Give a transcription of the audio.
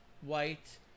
white